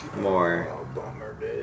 more